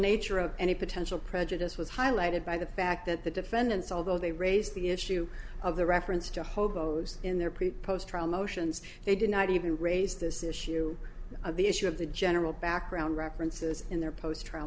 nature of any potential prejudice was highlighted by the fact that the defendants although they raise the issue of the reference to hobos in their pre processed trial motions they did not even raise this issue of the issue of the general background references in their post tr